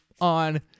on